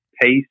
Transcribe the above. paste